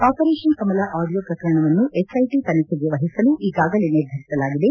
operation Kamala audio ಪ್ರಕರಣವನ್ನು SIT ತನಿಖೆಗೆ ವಹಿಸಲು ಈಗಾಗಲೇ ನಿರ್ಧರಿಸಲಾಗಿದೆ